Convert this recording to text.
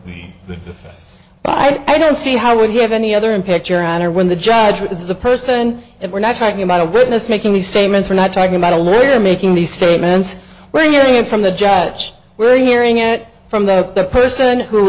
but i don't see how would you have any other in picture honor when the jagjit is a person and we're not talking about a witness making these statements are not talking about a lier making these statements we're hearing it from the judge we're hearing it from that the person who